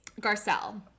Garcelle